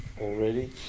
already